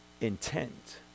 intent